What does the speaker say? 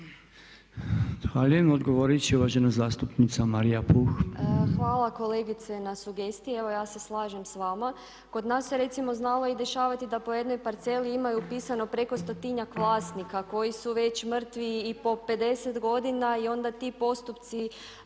Odgovorit će uvažena zastupnica Marija Puh. **Puh, Marija (HNS)** Hvala kolegice na sugestiji. Evo ja se slažem sa vama. Kod nas se recimo znalo i dešavati da po jednoj parceli ima upisano i preko stotinjak vlasnika koji su već mrtvi i po pedeset godina i onda ti postupci